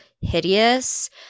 hideous